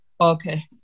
Okay